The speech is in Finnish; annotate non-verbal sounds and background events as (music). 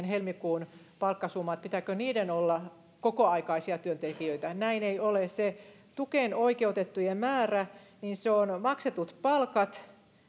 (unintelligible) helmikuun palkkasummaan se perustuu olla kokoaikaisia työntekijöitä näin ei ole se tukeen oikeutettujen määrä saadaan kun maksetut palkat